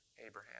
Abraham